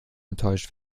enttäuscht